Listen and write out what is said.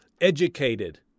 educated